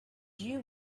you